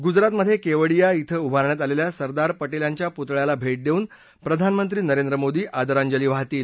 गुजरातमधे केवडीया क्वें उभारण्यात आलेल्या सरदार पटेलांच्या पुतळ्याला भेट देऊन प्रधानमंत्री नरेंद्र मोदी आदरांजली वाहतील